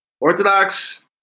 Orthodox